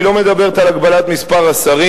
לא מדברת על הגבלת מספר השרים,